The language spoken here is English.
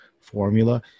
Formula